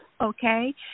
okay